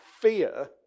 fear